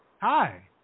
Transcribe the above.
Hi